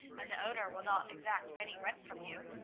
and the owner will not exact any rent from you.